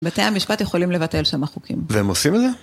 בתי המשפט יכולים לבטל שם חוקים. והם עושים את זה?